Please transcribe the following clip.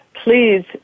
Please